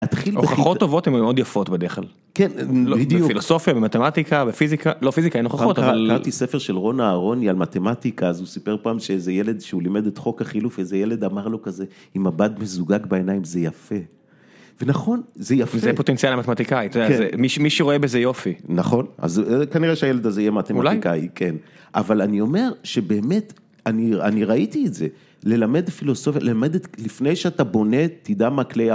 הוכחות טובות הן מאוד יפות בדרך כלל. כן, בדיוק. בפילוסופיה, במתמטיקה, בפיזיקה. לא, פיזיקה אין הוכחות, אבל... קראתי ספר של רון אהרוני על מתמטיקה, אז הוא סיפר פעם שאיזה ילד שהוא לימד את חוק החילוף, איזה ילד אמר לו כזה, עם מבט מזוגג בעיניים, זה יפה. ונכון, זה יפה. וזה פוטנציאל למתמטיקאי, אתה יודע, מי שרואה בזה יופי. נכון. אז כנראה שהילד הזה יהיה מתמטיקאי, אולי, כן. אבל אני אומר שבאמת, אני ראיתי את זה, ללמד פילוסופיה, ללמד לפני שאתה בונה, תדע מה כלי ה...